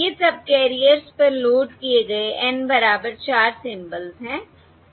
ये सबकैरियर्स पर लोड किए गए N बराबर 4 सिंबल्स हैं